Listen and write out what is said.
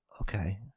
okay